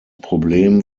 problem